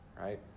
right